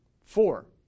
Four